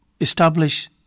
establish